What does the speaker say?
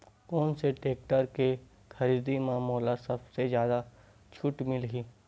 कोन से टेक्टर के खरीदी म मोला सबले जादा छुट मिलही?